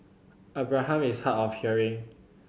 Abraham is hard of hearing